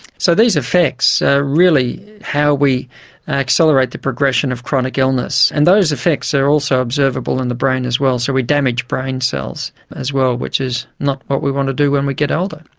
so these effects really how we accelerate the progression of chronic illness, and those effects are also observable in the brain as well, so we damage brain cells as well, which is not what we want to do when we get older.